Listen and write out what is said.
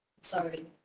sorry